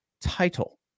title